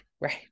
right